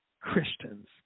Christians